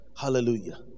hallelujah